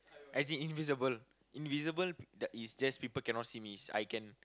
as in invisible invisible th~ is just people cannot see me I can